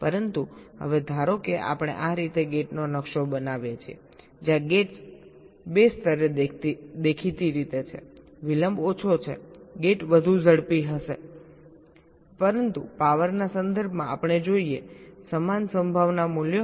પરંતુ હવે ધારો કે આપણે આ રીતે ગેટનો નકશો બનાવીએ છીએ જ્યાં ગેટ્સ 2 સ્તરે દેખીતી રીતે છે વિલંબ ઓછો છે ગેટ વધુ ઝડપી હશે પરંતુ પાવરના સંદર્ભમાં આપણે જોઈએ સમાન સંભાવના મૂલ્યો